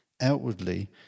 outwardly